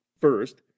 First